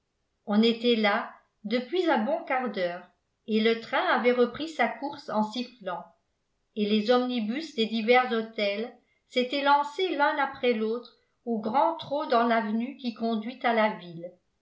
on était là depuis un bon quart d'heure et le train avait repris sa course en sifflant et les omnibus des divers hôtels s'étaient lancés l'un après l'autre au grand trot dans l'avenue qui conduit à la ville